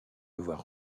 devoir